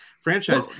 franchise